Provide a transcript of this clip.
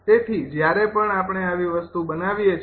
તેથી જ્યારે પણ આપણે આવી વસ્તુ બનાવીએ છીએ